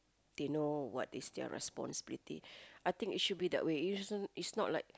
they know what is their responsibility I think it should be that way you shouldn't it's not like